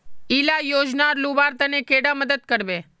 इला योजनार लुबार तने कैडा मदद करबे?